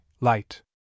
light